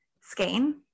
skein